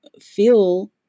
feel